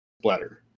bladder